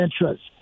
interest